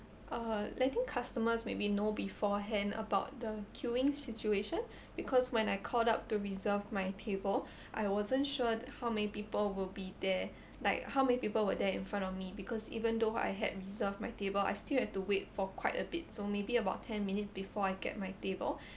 uh letting customers maybe know beforehand about the queuing situation because when I called up to reserve my table I wasn't sure how many people will be there like how many people were there in front of me because even though I had reserved my table I still have to wait for quite a bit so maybe about ten minutes before I get my table